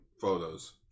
photos